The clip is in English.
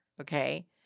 Okay